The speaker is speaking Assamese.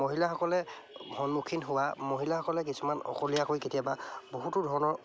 মহিলাসকলে সন্মুখীন হোৱা মহিলাসকলে কিছুমান অকলশৰীয়াকৈ কেতিয়াবা বহুতো ধৰণৰ